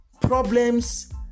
problems